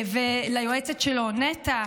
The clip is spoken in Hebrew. ליועצת שלו נטע,